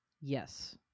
Yes